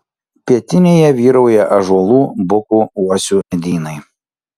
pietinėje vyrauja ąžuolų bukų uosių medynai